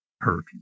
hurt